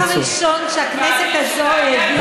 החוק הראשון שהכנסת הזאת העבירה הוא חוק,